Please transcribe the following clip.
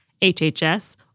HHS